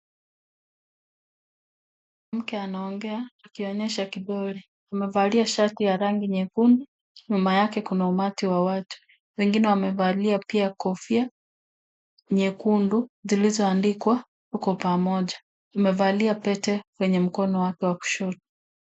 Mwanamke anaongea akionyesha kidole, amevalia shati ya rangi nyekundu, nyuma yake kuna umati wa watu. Wengine wamevalia pia kofia nyekundu zilizoandikwa TUKO PAMOJA. Amevalia pete kwenye mkono wake wa kushoto.